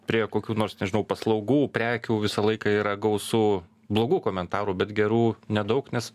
prie kokių nors nežinau paslaugų prekių visą laiką yra gausu blogų komentarų bet gerų nedaug nes